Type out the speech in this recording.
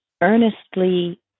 earnestly